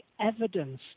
evidence